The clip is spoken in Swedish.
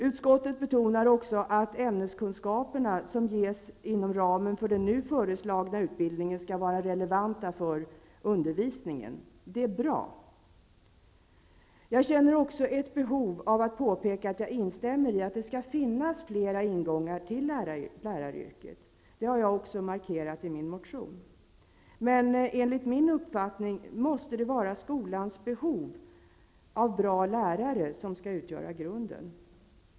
Utskottet betonar också att ämneskunskaperna som ges inom ramen för den nu föreslagna utbildningen skall vara relevanta för undervisningen. Det är bra. Jag känner också ett behov av att påpeka att jag instämmer i att det skall finnas fler ingångar till läraryrket. Det har jag också markerat i min motion. Men enligt min uppfattning måste det vara skolans behov av bra lärare som skall utgöra grunden.